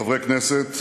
חברי כנסת,